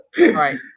right